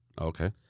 Okay